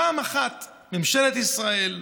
פעם אחת ממשלת ישראל,